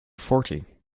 fourty